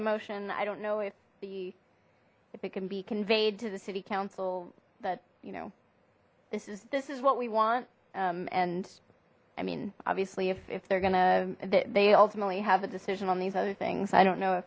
the motion i don't know if the if it can be conveyed to the city council that you know this is this is what we want and i mean obviously if they're gonna that they ultimately have a decision on these other things i don't know